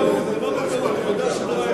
זה לא בטעות.